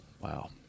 Wow